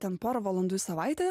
ten porą valandų į savaitę